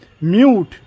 mute